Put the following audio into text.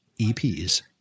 EPs